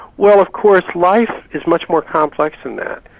well of course, life is much more complex than that.